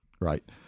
Right